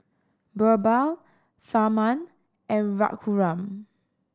Birbal Tharman and Raghuram